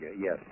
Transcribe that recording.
Yes